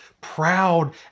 proud